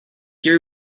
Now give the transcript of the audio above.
your